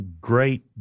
Great